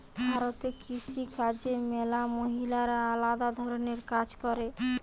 ভারতে কৃষি কাজে ম্যালা মহিলারা আলদা ধরণের কাজ করে